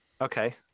Okay